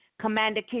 Commander